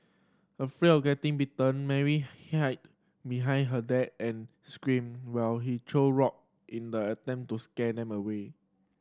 afraid of getting bitten Mary hide behind her dad and screamed while he threw rock in the attempt to scare them away